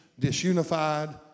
disunified